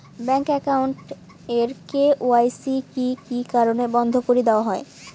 Bank account এর KYC কি কি কারণে বন্ধ করি দেওয়া হয়?